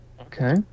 Okay